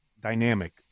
dynamic